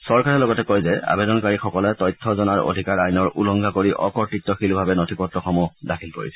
চৰকাৰে লগতে কয় যে আবেদনকাৰীসকলে তথ্য জনাৰ অধিকাৰ আইনৰ উলংঘা কৰি অকৰ্তৃত্বশীলভাৱে নথি পত্ৰসমূহ দাখিল কৰিছিল